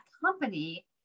company